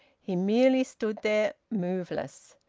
he merely stood there, moveless,